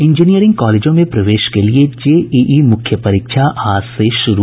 engineering कॉलेजों में प्रवेश के लिए जेईई मुख्य परीक्षा आज से शुरू